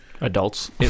adults